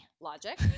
logic